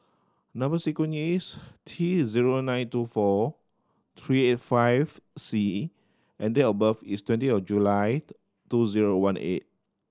number sequence is T zero nine two four three eight five C and date of birth is twenty of July two zero one eight